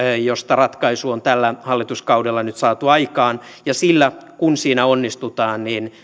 josta ratkaisu on tällä hallituskaudella nyt saatu aikaan ja sillä kun siinä onnistutaan